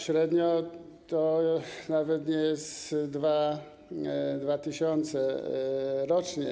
Średnio to nawet nie jest 2 tys. rocznie.